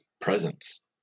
presence